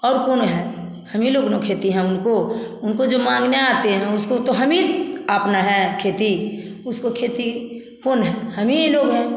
और कौन है हम ही लोग ना खेती है उनको उनको जो मांगने आते हैं उसको तो हम ही आप ना हैं खेती उसको खेती कौन है हम ही लोग है